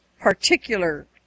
particular